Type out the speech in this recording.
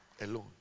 Alone